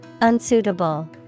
unsuitable